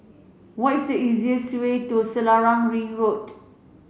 what is the easiest way to Selarang Ring Road